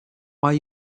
why